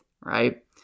right